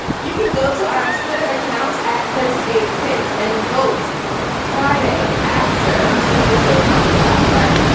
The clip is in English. you can go to our twitter account at thursday eight kids and vote friday after the episode comes out. right